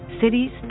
cities